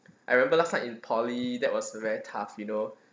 I remember last time in poly that was very tough you know